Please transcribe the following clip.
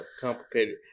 complicated